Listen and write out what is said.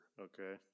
Okay